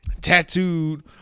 tattooed